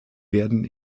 werden